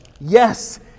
Yes